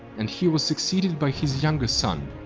and he was succeeded by his younger son,